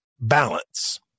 balance